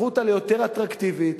תהפכו אותה ליותר אטרקטיבית,